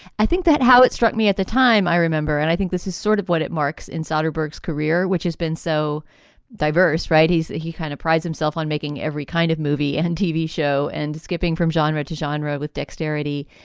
i think that how it struck me at the time i remember and i think this is sort of what it marks in soderbergh's career, which has been so diverse. right. is that he kind of prides himself on making every kind of movie and tv show and skipping from genre to jinro with dexterity.